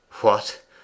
What